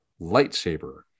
lightsaber